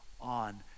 on